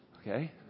Okay